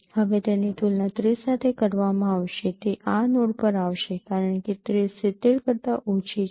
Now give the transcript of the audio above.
હવે તેની તુલના ૩૦ સાથે કરવામાં આવશે તે આ નોડ પર આવશે કારણ કે ૩૦ ૭૦ કરતાં ઓછી છે